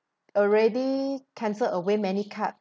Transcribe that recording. already cancel away many card